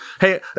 Hey